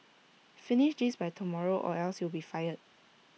finish this by tomorrow or else you'll be fired